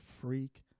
freak